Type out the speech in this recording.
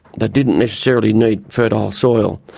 they didn't necessarily need fertile soil.